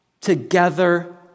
together